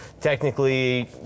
technically